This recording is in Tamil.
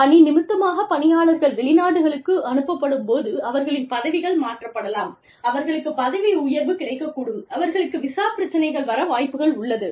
பணி நிமித்தமாக பணியாளர்கள் வெளிநாடுகளுக்கு அனுப்பப்படும் போது அவர்களின் பதவிகள் மாற்றப்படலாம் அவர்களுக்குப் பதவி உயர்வு கிடைக்கக்கூடும் அவர்களுக்கு விசா பிரச்சினைகள் வர வாய்ப்புகள் உள்ளது